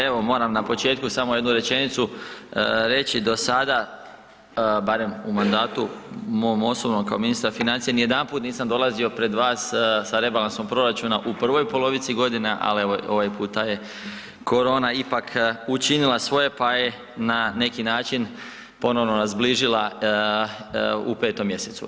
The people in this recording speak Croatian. Evo moram na početku samo jednu rečenicu reći, do sada barem u mandatu mom osobnom kao ministar financija nijedanput nisam dolazio pred vas sa rebalansom proračuna u prvoj polovici godine, ali evo ovaj puta je korona ipak učinila svoje pa je na neki način ponovno nas zbližila u 5.mjesecu.